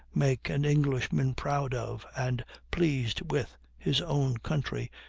make an englishman proud of, and pleased with, his own country,